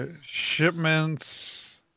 Shipments